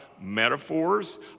metaphors